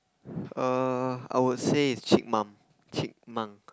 err I would say it's chip monk chipmunk